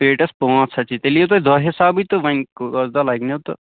پیٹٮ۪س پانٛژھ ہَتھ چھی تیٚلہِ یِیِو تُہۍ دۄہ حِسابٕے تہٕ وۄنۍ کٔژ دۄہ لَگِنو تہٕ